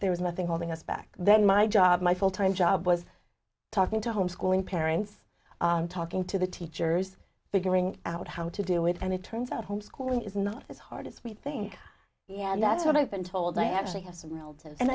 there was nothing holding us back then my job my full time job was talking to homeschooling parents talking to the teachers figuring out how to do it and it turns out homeschooling is not as hard as we think and that's what i've been told i actually have some relatives and